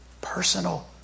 personal